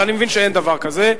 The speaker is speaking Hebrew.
אבל אני מבין שאין דבר כזה.